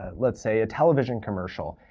ah let's say, a television commercial,